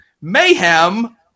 Mayhem